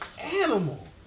animal